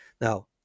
Now